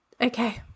Okay